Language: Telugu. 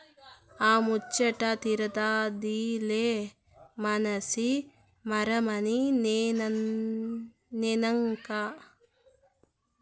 ఆ ముచ్చటా తీరతాదిలే మనసి మరమనినైనంక